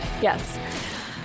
yes